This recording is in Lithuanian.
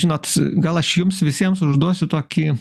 žinot gal aš jums visiems užduosiu tokį